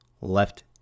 left